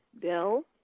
Bill